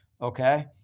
okay